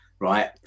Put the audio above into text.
right